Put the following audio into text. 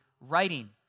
writing